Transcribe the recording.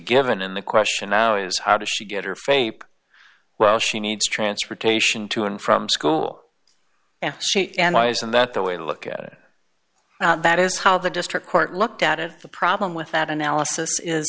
given and the question now is how does she get her faith while she needs transportation to and from school and state and eyes and that the way to look at it that is how the district court looked at it the problem with that analysis is